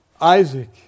isaac